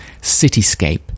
cityscape